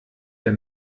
der